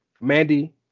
Mandy